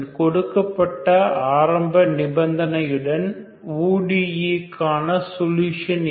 கொடுக்கப்பட்ட ஆரம்ப நிபந்தனையுடன் ODE க்கான சொலுஷன் என்ன